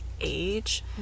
age